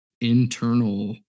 internal